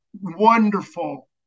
Wonderful